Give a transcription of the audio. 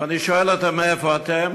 ואני שואל אותה: מאיפה אתן?